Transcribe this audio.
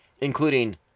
including